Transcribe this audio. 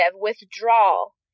withdrawal